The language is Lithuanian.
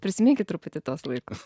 prisiminkit truputį tuos laikus